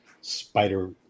spider